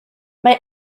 mae